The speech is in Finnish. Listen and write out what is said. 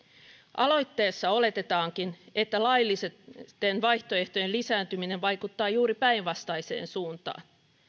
aloitteessa oletetaankin että laillisten vaihtoehtojen lisääntyminen vaikuttaa juuri päinvastaiseen suuntaan